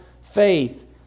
Faith